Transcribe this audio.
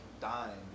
dying